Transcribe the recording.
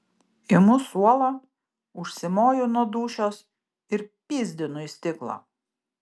imu suolą užsimoju nuo dūšios ir pyzdinu į stiklą